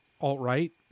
alt-right